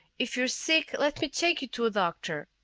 if you're sick, let me take you to a doctor.